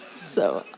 so,